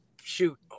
Shoot